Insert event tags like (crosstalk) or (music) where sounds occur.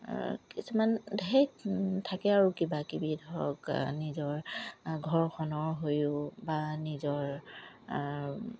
কিছুমান (unintelligible) থাকে আৰু কিবাকিবি ধৰক নিজৰ ঘৰখনৰ হৈও বা নিজৰ